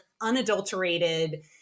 unadulterated